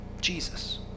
Jesus